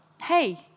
hey